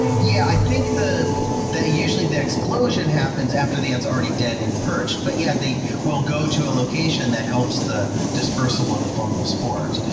yeah, i think that usually the explosion happens after the answer already dead and perched. but yeah, they will go to a location that helps the dispersal of the fungal spores.